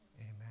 Amen